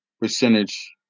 percentage